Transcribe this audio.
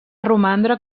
romandre